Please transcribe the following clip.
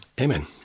Amen